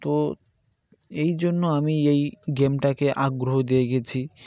তো এই জন্য আমি এই গেমটাকে আগ্রহ দিয়ে গেছি